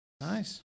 Nice